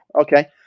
Okay